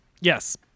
Yes